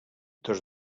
tots